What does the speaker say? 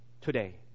today